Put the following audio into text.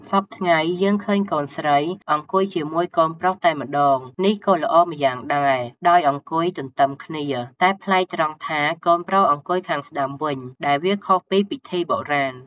សព្វថ្ងៃ យើងឃើញកូនស្រីអង្គុយជាមួយកូនប្រុសតែម្តង នេះក៏ល្អម្យ៉ាងដែរដោយឲ្យអង្គុយទន្ទឹមគ្នា តែប្លែកត្រង់ថាកូនប្រុសអង្គុយខាងស្តាំវិញ ដែលវាខុសពីពិធីបុរាណ ។